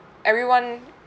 everyone